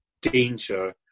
danger